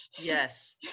Yes